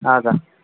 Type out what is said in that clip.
हजुर